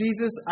Jesus